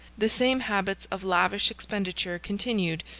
the same habits of lavish expenditure continued,